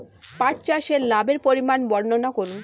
পাঠ চাষের লাভের পরিমান বর্ননা করুন?